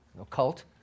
occult